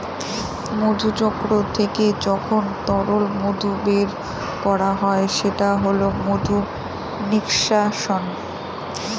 মধুচক্র থেকে যখন তরল মধু বের করা হয় সেটা হল মধু নিষ্কাশন